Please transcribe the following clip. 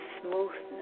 smoothness